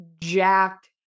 jacked